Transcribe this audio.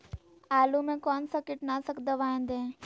आलू में कौन सा कीटनाशक दवाएं दे?